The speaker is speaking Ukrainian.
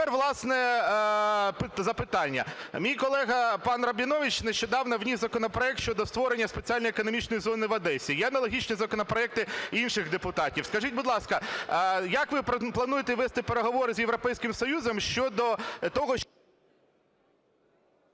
тепер, власне, запитання. Мій колега пан Рабінович нещодавно вніс законопроект щодо створення спеціальної економічної зони в Одесі. Є аналогічні законопроекти інших депутатів. Скажіть, будь ласка, як ви плануєте вести переговори з Європейським Союзом щодо того, що...